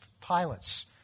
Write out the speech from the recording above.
pilots